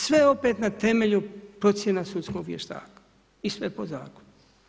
Sve opet na temelju procjena sudskog vještaka i sve po zakonu.